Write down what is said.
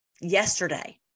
yesterday